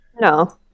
no